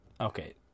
Okay